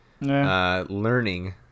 learning